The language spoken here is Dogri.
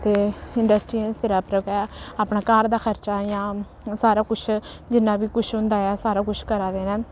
ते इंडस्ट्रियें दे सिरै पर गै अपना घर दा खर्चा जां सारा कुछ जिन्ना बी कुछ होंदा ऐ सारा कुछ करा दे न